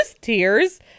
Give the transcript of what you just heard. tears